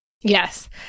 Yes